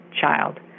child